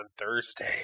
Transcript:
Thursday